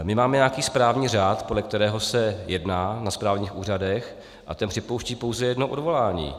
My máme nějaký správní řád, podle kterého se jedná na správních úřadech, a ten připouští pouze jedno odvolání.